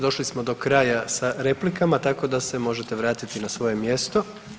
Došli smo do kraja sa replikama tako da se možete vratiti na svoje mjesto.